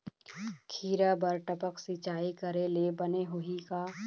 खिरा बर टपक सिचाई करे ले बने होही का?